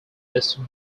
listed